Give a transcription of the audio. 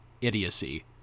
idiocy